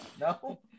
No